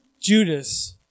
Judas